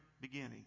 beginning